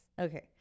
Okay